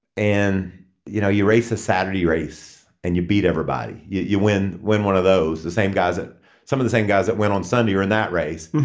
and you know you race a saturday race and you beat everybody. you you win when one of those the same guys at some of the same guys that went on sunday you're in that race.